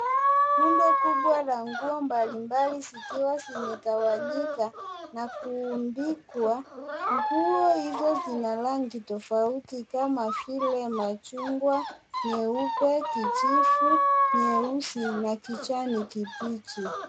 Rundo kubwa la nguo mbalimbali zikiwa zimetawanyika na kurundikwa. Nguo hizo zina rangi tofauti kama vile, la chungwa, nyeupe, kijivu, nyeusi na kijani kibichi.